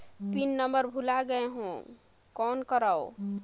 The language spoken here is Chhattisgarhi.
पिन नंबर भुला गयें हो कौन करव?